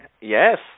Yes